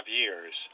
years